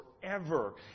forever